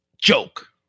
Joke